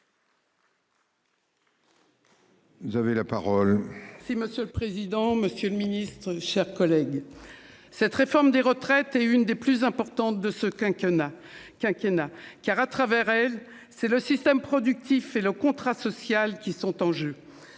Vous avez la parole. Si monsieur le président, Monsieur le Ministre, chers collègues. Cette réforme des retraites est une des plus importantes de ce quinquennat quinquennat car à travers elle, c'est le système productif et le contrat social qui sont en jeu.